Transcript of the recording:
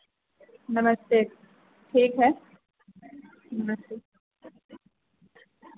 नमस्ते ठीक है नमस्ते